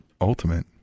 Ultimate